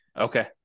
okay